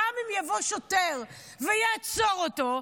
גם אם יבוא שוטר ויעצור אותו,